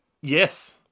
Yes